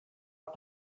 out